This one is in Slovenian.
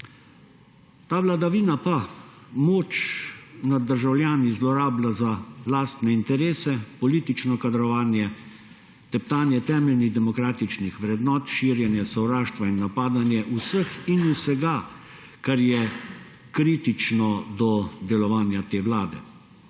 Ta vladavina pa moč nad državljani zlorablja za lastne interese, politično kadrovanje, teptanje temeljnih demokratičnih vrednot, širjenje sovraštva in napadanje vseh in vsega, kar je kritično do delovanja te vlade.